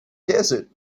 desert